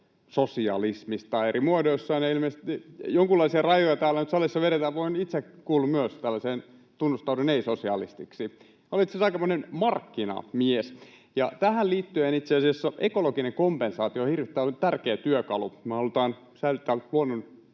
sosialismista eri muodoissaan. Ilmeisesti jonkunlaisia rajoja täällä nyt salissa vedetään, ja itse tunnustaudun ei-sosialistiksi. Olen itse asiassa aikamoinen markkinamies. Tähän liittyen itse asiassa ekologinen kompensaatio on hirvittävän tärkeä työkalu. Me halutaan säilyttää luonnon